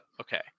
Okay